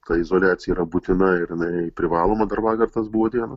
ta izoliacija yra būtina ir jinai privaloma dar vakar tas buvo dieną